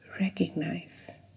Recognize